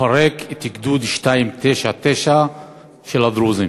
לפרק את גדוד 299 של הדרוזים.